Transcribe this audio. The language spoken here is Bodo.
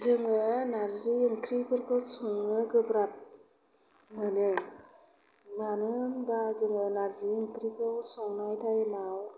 जोङो नार्जि ओंख्रिफोरखौ संनो गोब्राब मोनो मानो होनबा जोङो नार्जि ओंख्रिखौ संनाय टाइमाव